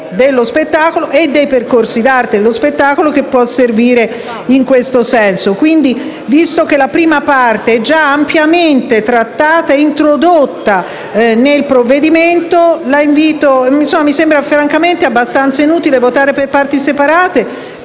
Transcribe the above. attraverso i percorsi di arte, dello spettacolo che può servire in questo senso. Visto che la prima parte è già ampiamente trattata e introdotta nel provvedimento, mi sembra francamente abbastanza inutile votare per parti separate,